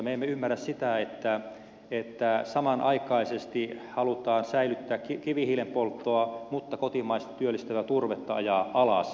me emme ymmärrä sitä että samanaikaisesti halutaan säilyttää kivihiilen polttoa mutta kotimaista työllistävää turvetta ajaa alas